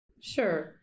Sure